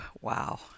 wow